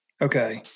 okay